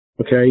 Okay